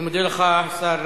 אני מודה לך, השר